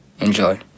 enjoy